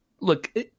Look